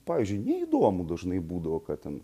pavyzdžiui neįdomu dažnai būdavo ką ten